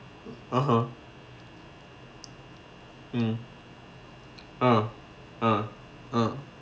(uh huh) mm uh uh uh